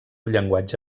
llenguatge